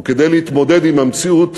וכדי להתמודד עם המציאות